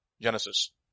Genesis